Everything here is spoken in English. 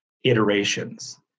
iterations